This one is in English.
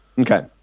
Okay